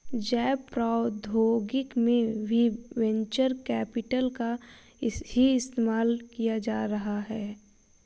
जैव प्रौद्योगिकी में भी वेंचर कैपिटल का ही इस्तेमाल किया जा रहा है